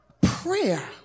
prayer